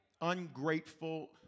ungrateful